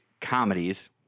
comedies